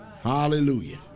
Hallelujah